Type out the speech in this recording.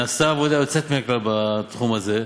נעשתה עבודה יוצאת מן הכלל בתחום הזה.